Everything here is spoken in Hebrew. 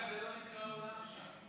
זה נורא מפריע לי שהשרה מדברת בטלפון.